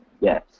Yes